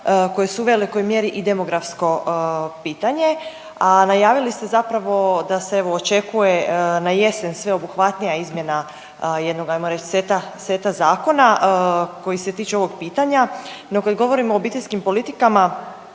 koje su u velikoj mjeri i demografsko pitanje, a najavili ste zapravo da se evo očekuje na jesen sveobuhvatnija izmjena jednog ajmo reći seta, seta zakona koji se tiče ovog pitanja. No, kad govorimo o obiteljskim politikama